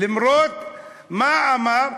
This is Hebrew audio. מה אמר?